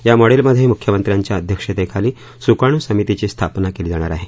या मॉडेलमध्ये मुख्यमंत्र्यांच्या अध्यक्षतेखाली सुकाणू समितीची स्थापना केली जाणार आहे